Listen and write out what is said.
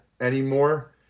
anymore